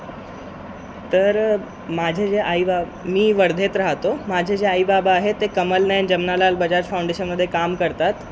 तर माझे जे आई बाबा मी वर्धेत राहतो माझे जे आई बाबा आहे ते कमलनयन जमनालाल बजाज फाऊंडेशनमध्ये काम करतात